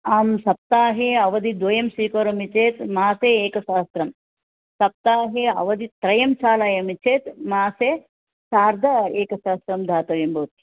आं सप्ताहे अवधिः द्वयं स्वीकरोमि चेत् मासे एकसहस्रं सप्ताहे अवधिः त्रयं चालयामि चेत् मासे सार्धम् एकसहस्रं दातव्यं भवति